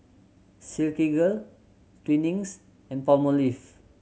Silkygirl Twinings and Palmolive